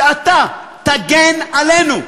שאתה תגן עלינו,